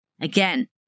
again